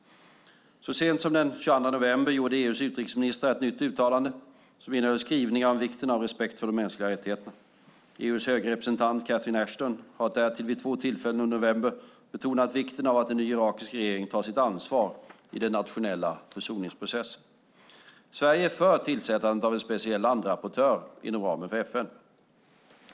Så sent som den 22 november gjorde EU:s utrikesministrar ett nytt uttalande, som innehöll skrivningar om vikten av respekt för de mänskliga rättigheterna. EU:s höga representant Catherine Ashton har därtill vid två tillfällen under november betonat vikten av att en ny irakisk regering tar sitt ansvar i den nationella försoningsprocessen. Sverige är för tillsättandet av en speciell landrapportör inom ramen för FN.